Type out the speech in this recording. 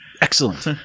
Excellent